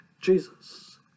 Jesus